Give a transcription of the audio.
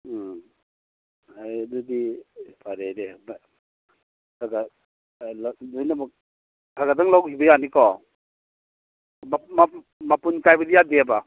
ꯎꯝ ꯑꯗꯨꯗꯤ ꯐꯔꯦꯅꯦ ꯈꯔꯈꯔ ꯂꯣꯏꯅꯃꯛ ꯈꯒꯗꯪ ꯂꯧꯈꯤꯕ ꯌꯥꯅꯤꯀꯣ ꯃꯄꯨꯟ ꯀꯥꯏꯕꯗꯤ ꯌꯥꯗꯦꯕ